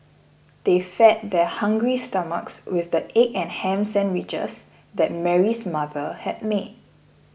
they fed their hungry stomachs with the egg and ham sandwiches that Mary's mother had made